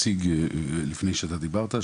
הבנק הציג לפני שאתה דיברת,